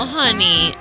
honey